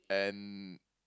and